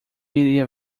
iria